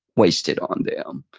wasted on them.